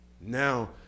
Now